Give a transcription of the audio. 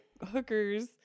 hookers